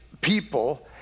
people